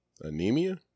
anemia